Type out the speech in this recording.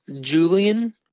Julian